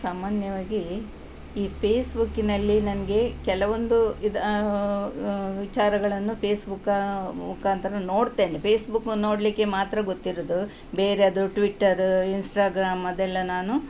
ಸಾಮಾನ್ಯವಾಗಿ ಈ ಪೇಸ್ಬುಕ್ಕಿನಲ್ಲಿ ನನಗೆ ಕೆಲವೊಂದು ಇದು ವಿಚಾರಗಳನ್ನು ಪೇಸ್ಬುಕ್ಕ ಮುಖಾಂತರ ನೋಡ್ತೇನೆ ಫೇಸ್ಬುಕ್ಕೊಂದ್ ನೋಡಲಿಕ್ಕೆ ಮಾತ್ರ ಗೊತ್ತಿರುವುದು ಬೇರೆ ಅದು ಟ್ವಿಟ್ಟರು ಇನ್ಸ್ಟ್ರಾಗ್ರಾಮ್ ಅದೆಲ್ಲ ನಾನು